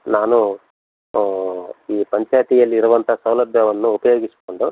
ನಾನು ಈ ಪಂಚಾಯಿತಿಯಲ್ಲಿರುವಂಥ ಸೌಲಭ್ಯವನ್ನು ಉಪಯೋಗಿಸಿಕೊಂಡು